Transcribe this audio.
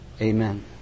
Amen